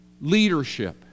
leadership